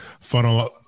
funnel